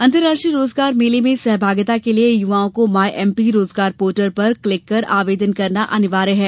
अंतर्राष्ट्रीय रोजगार मेला में सहभागिता के लिए युवाओं को माई एमपी रोजगार पोर्टल पर क्लिक कर आवेदन करना अनिवार्य है